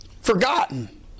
forgotten